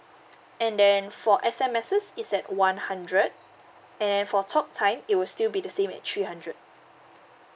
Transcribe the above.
and then for S_M_Ses it's at one hundred and for talk time it will still be the same at three hundred